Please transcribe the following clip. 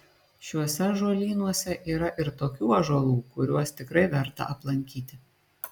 šiuose ąžuolynuose yra ir tokių ąžuolų kuriuos tikrai verta aplankyti